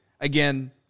again –